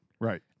Right